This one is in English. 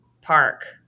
Park